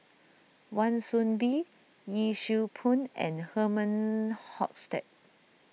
Wan Soon Bee Yee Siew Pun and Herman Hochstadt